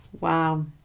Wow